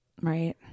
right